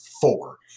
four